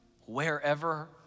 wherever